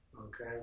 Okay